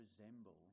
resemble